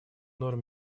норм